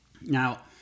Now